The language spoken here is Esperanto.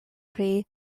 pri